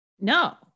No